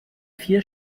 vier